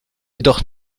jedoch